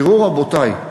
תראו, רבותי,